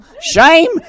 Shame